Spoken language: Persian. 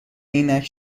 عینک